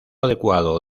adecuado